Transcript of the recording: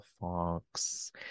Fox